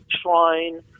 shrine